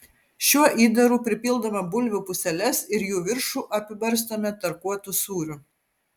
šiuo įdaru pripildome bulvių puseles ir jų viršų apibarstome tarkuotu sūriu